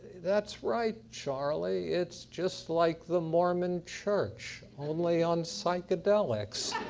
that's right, charlie. it's just like the mormon church, only on psychedelics.